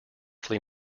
flea